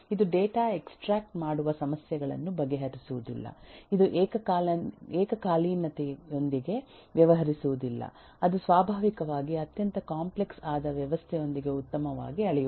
ಇದು data extract ಮಾಡುವ ಸಮಸ್ಯೆಗಳನ್ನು ಬಗೆಹರಿಸುವುದಿಲ್ಲ ಇದು ಏಕಕಾಲೀನತೆಯೊಂದಿಗೆ ವ್ಯವಹರಿಸುವುದಿಲ್ಲ ಅದು ಸ್ವಾಭಾವಿಕವಾಗಿ ಅತ್ಯಂತ ಕಾಂಪ್ಲೆಕ್ಸ್ ಆದ ವ್ಯವಸ್ಥೆಯೊಂದಿಗೆ ಉತ್ತಮವಾಗಿ ಅಳೆಯುವುದಿಲ್ಲ